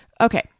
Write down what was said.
Okay